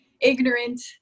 ignorant